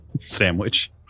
Sandwich